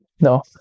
No